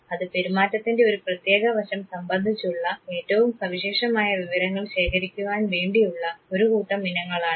അത് പെരുമാറ്റത്തിൻറെ ഒരു പ്രത്യേക വശം സംബന്ധിച്ചുള്ള ഏറ്റവും സവിശേഷമായ വിവരങ്ങൾ ശേഖരിക്കുവാൻ വേണ്ടിയുള്ള ഒരു കൂട്ടം ഇനങ്ങളാണ്